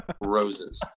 roses